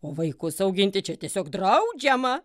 o vaikus auginti čia tiesiog draudžiama